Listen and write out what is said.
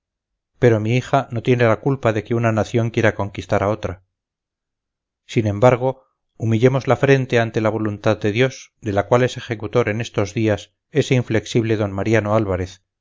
pero mi hija no tiene la culpa de que una nación quiera conquistar a otra sin embargo humillemos la frente ante la voluntad de dios de la cual es ejecutor en estos días ese inflexible d mariano álvarez